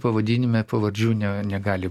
pavadinime pavardžių ne negali